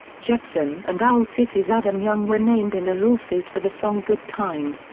jepsen and owl city's adam young were named in a lawsuit for the song good time.